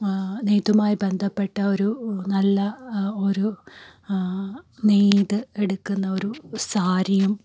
നെയ്ത്തുമായി ബന്ധപ്പെട്ട ഒരു നല്ല ഒരു നെയ്ത് എടുക്കുന്ന ഒരു സാരിയും